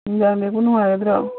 ꯅꯨꯡꯗꯥꯡꯗꯕꯨ ꯅꯨꯡꯉꯥꯏꯒꯗ꯭ꯔꯣ